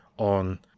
on